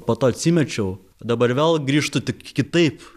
po to atsimečiau dabar vėl grįžtu tik kitaip